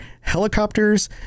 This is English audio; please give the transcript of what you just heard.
helicopters